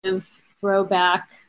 throwback